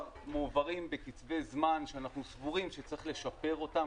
מועברים בקצבי זמן שאנחנו סבורים שצריך לשפר אותם,